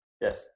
Yes